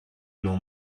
know